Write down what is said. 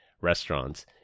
restaurants